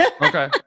Okay